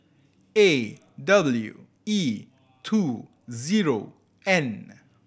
A W E two zero N